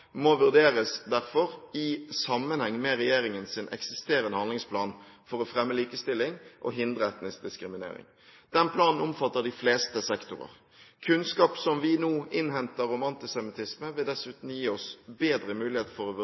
må derfor vurderes i sammenheng med regjeringens eksisterende handlingsplan for å fremme likestilling og hindre etnisk diskriminering. Den planen omfatter de fleste sektorer. Kunnskap som vi nå innhenter om antisemittisme, vil dessuten gi oss bedre mulighet for å